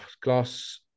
glass